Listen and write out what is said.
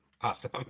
Awesome